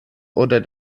oder